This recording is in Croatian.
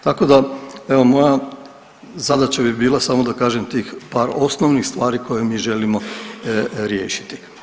Tako da evo moja zadaća bi bila samo da kažem tih par osnovnih stvari koje mi želimo riješiti.